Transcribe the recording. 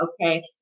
okay